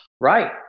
Right